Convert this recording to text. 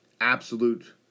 absolute